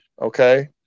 okay